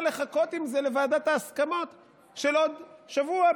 לחכות עם זה לוועדת ההסכמות של עוד שבוע,